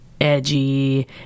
edgy